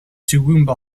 toowoomba